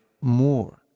more